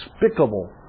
despicable